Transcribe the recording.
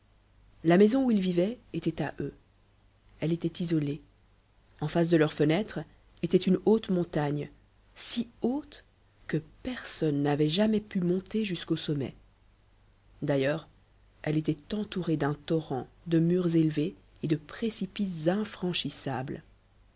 la maison où ils vivaient était à eux elle était isolée en face de leur fenêtre était une haute montagne si haute que personne n'avait jamais pu monter jusqu'au sommet d'ailleurs elle était entourée d'un torrent de murs élevés et de précipices infranchissables